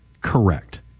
correct